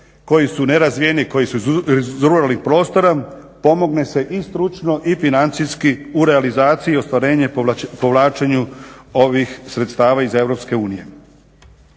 koji su nerazvijeni, koji su iz ruralnih prostora pomogne se i stručno i financijski u realizaciji, ostvarenju, povlačenju ovih sredstava iz EU.